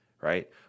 right